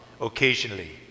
occasionally